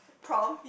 prom